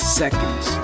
seconds